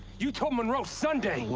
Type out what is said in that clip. you told monroe sunday!